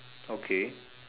okay